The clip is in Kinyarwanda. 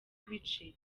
ibice